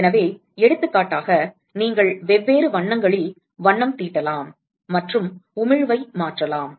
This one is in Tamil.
எனவே எடுத்துக்காட்டாக நீங்கள் வெவ்வேறு வண்ணங்களில் வண்ணம் தீட்டலாம் மற்றும் உமிழ்வை மாற்றலாம்